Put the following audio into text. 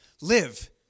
live